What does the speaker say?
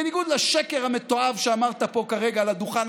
בניגוד לשקר המתועב שאמרת פה כרגע על הדוכן,